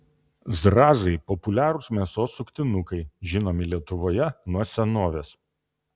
zrazai populiarūs mėsos suktinukai žinomi lietuvoje nuo senovės